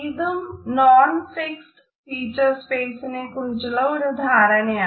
ഇതും non fixed feature സ്പേസിനെക്കുറിച്ചുള്ള ഒരു ധാരണയാണ്